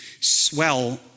swell